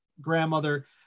grandmother